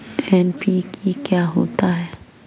NPK क्या होता है?